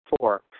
Four